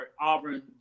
Auburn